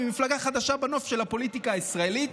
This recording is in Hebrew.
היא מפלגה חדשה בנוף של הפוליטיקה הישראלית.